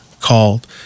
called